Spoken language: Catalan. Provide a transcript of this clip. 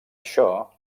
això